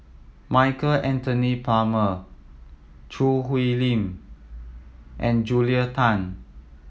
Michael Anthony Palmer Choo Hwee Lim and Julia Tan